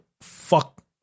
fuck